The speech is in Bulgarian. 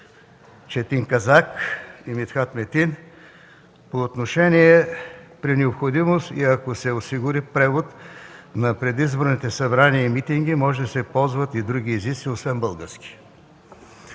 Четин Казак и Митхат Метин при необходимост и ако се осигури превод на предизборните събрания и митинги, да се ползват и други езици, освен български.